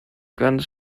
ganz